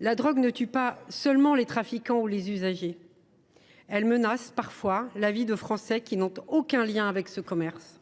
La drogue ne tue pas seulement les trafiquants ou les usagers. Elle menace parfois la vie de Français qui n’ont aucun lien avec ce commerce.